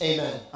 Amen